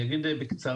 אני אגיד בקצרה,